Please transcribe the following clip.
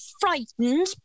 frightened